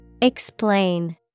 Explain